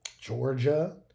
Georgia